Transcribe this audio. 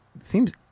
Seems